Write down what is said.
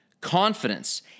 confidence